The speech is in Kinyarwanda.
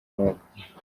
mwuka